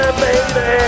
baby